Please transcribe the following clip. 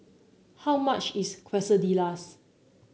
how much is Quesadillas